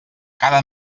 cada